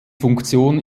funktion